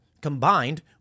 combined